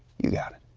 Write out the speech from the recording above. you got it.